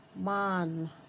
man